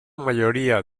mayoría